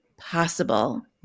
possible